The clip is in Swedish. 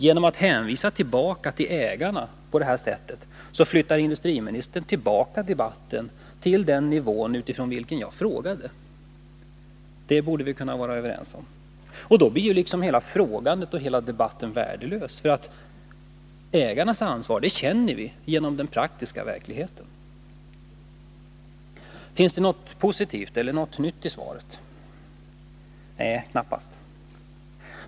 Genom att hänvisa tillbaka till ägarna på detta sätt flyttar industriministern tillbaka debatten till den nivå utifrån vilken jag frågade. Det borde vi kunna vara överens om. Men då blir ju hela frågandet och hela debatten värdelös, ty ägarnas ansvar känner vi ju genom den praktiska verkligheten. Finns det något positivt eller nytt i svaret? Nej, knappast.